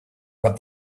got